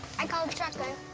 i call shotgun.